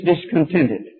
discontented